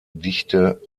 dichte